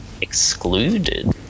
excluded